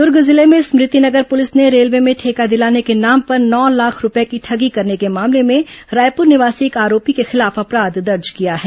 दुर्ग जिले में स्मृति नगर पुलिस ने रेलवे में ठेका दिलाने के नाम पर नौ लाख रूपये की ठगी करने के मामले में रायपुर निवार्सी एक आरोपी के खिलाफ अपराध दर्ज किया है